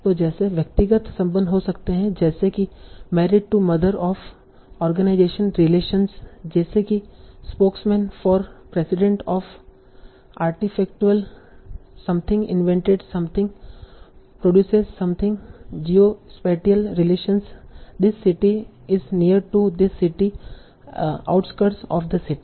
तो जैसे व्यक्तिगत संबंध हो सकते हैं जैसे कि married to mother of organisation relations जैसे कि spokesman for president of artifactual something invented something produces something geospatial relations this city is near to this city outskirts of the city